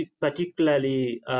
particularly